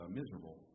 miserable